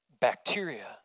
bacteria